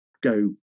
go